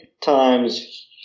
times